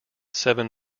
seven